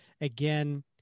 again